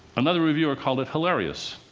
another reviewer called it hilarious.